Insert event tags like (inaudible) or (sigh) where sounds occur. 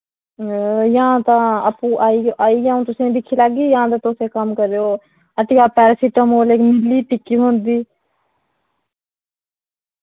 जां तां आपूं आई आइयै आ'ऊं तुसेंगी दिक्खी लैगी जां ते तुस इक कम्म करेओ हट्टिया पैरासिटामोल (unintelligible) टिक्की थ्होंदी